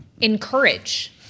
Encourage